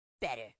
Better